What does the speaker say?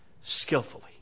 skillfully